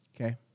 Okay